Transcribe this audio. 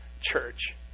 church